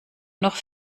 noch